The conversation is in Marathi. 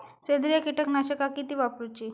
सेंद्रिय कीटकनाशका किती वापरूची?